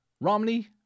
Romney